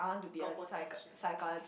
got potential